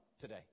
today